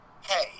hey